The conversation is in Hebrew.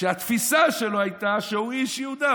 שהתפיסה שלו הייתה שהוא איש יהודה,